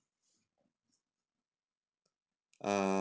err